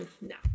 no